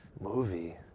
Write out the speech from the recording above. Movie